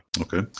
Okay